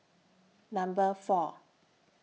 Number four